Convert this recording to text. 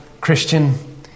Christian